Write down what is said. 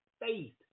faith